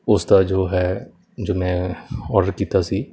ਉਸ ਦਾ ਜੋ ਹੈ ਜਿਵੇਂ ਆਰਡਰ ਕੀਤਾ ਸੀ